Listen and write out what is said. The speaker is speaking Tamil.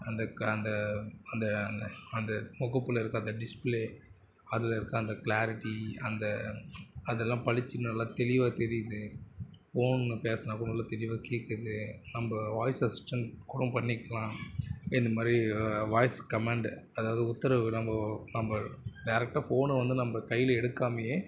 அந்த அந்த அந்த அந்த அந்த முகப்பில் இருக்கிற அந்த டிஸ்ப்ளே அதிலருக்க அந்த க்ளாரிட்டி அந்த அதெல்லாம் பளிச்சுனு நல்லா தெளிவாக தெரியுது ஃபோனு பேசினாகூட நல்லா தெளிவாக கேட்குது நம்ம வாய்ஸ் அசிஸ்டன்ட் கூட பண்ணிக்கலாம் இந்த மாதிரி வாய்ஸ் கமண்டு அதாவது உத்தரவு நம்ம நம்ம ரைக்ட்டாக ஃபோனு வந்து நம்ம கையில் எடுக்காமலேயே